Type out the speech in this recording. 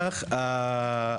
מה שכרגע עלה פה